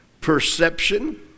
perception